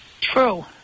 True